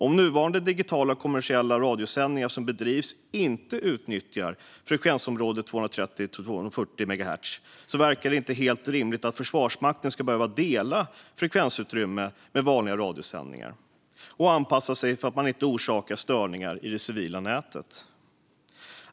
Om nuvarande digitala kommersiella radiosändningar som bedrivs inte utnyttjar frekvensområdet 230-240 megahertz verkar det inte helt rimligt att Försvarsmakten ska behöva dela frekvensutrymme med vanliga radiosändningar och anpassa sig så att man inte orsakar störningar i det civila nätet.